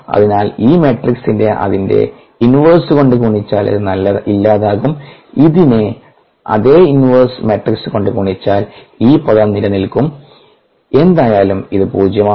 അതിനാൽ ഈ മാട്രിക്സിനെ അതിന്റെ ഇൻവെർസ് കൊണ്ട് ഗുണിച്ചാൽ ഇത് ഇല്ലാതാകും ഇതിനെ അതേ ഇൻവെർസ് മാട്രിക്സ് കൊണ്ട് ഗുണിച്ചാൽ ഈ പദം നിലനിൽക്കും എന്തായാലും ഇത് പൂജ്യമാണ്